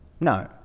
No